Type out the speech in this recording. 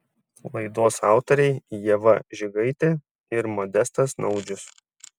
laidos autoriai ieva žigaitė ir modestas naudžius